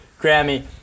Grammy